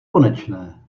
konečné